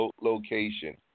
location